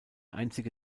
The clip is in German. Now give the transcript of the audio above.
einzige